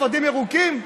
אפודים ירוקים,